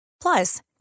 Plus